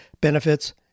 benefits